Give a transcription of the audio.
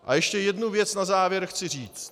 A ještě jednu věc na závěr chci říci.